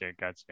gotcha